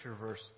verse